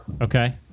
Okay